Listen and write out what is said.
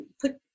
put